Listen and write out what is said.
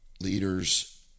Leaders